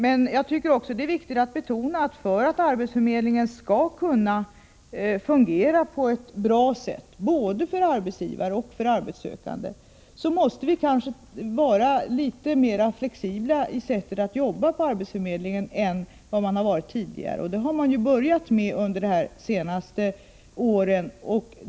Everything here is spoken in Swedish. Det är också viktigt att betona att för att arbetsförmedlingen skall kunna fungera på ett bra sätt både för arbetsgivare och för arbetssökande, måste kanske arbetsförmedlingen vara litet mer flexibel i sättet att jobba än man har varit tidigare. Det har man börjat med under de senaste åren.